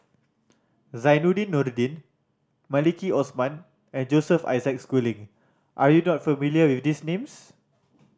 Zainudin Nordin Maliki Osman and Joseph Isaac Schooling are you not familiar with these names